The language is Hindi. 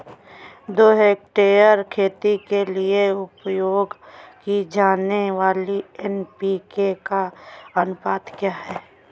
दो हेक्टेयर खेती के लिए उपयोग की जाने वाली एन.पी.के का अनुपात क्या है?